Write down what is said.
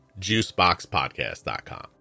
JuiceBoxPodcast.com